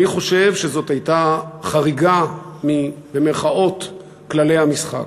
אני חושב שזאת הייתה חריגה מכללי המשחק.